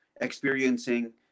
experiencing